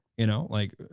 you know, like,